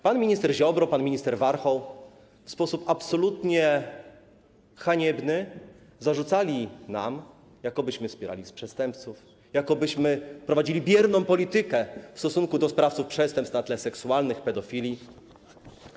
Pan minister Ziobro, pan minister Warchoł w sposób absolutnie haniebny zarzucali nam, jakobyśmy wspierali przestępców, jakobyśmy prowadzili bierną politykę w stosunku do sprawców przestępstw na tle seksualnym, pedofilii.